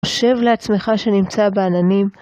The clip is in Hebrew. חושב לעצמך שנמצא בעננים.